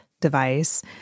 device